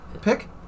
pick